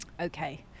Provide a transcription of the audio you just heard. okay